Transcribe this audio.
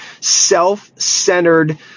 self-centered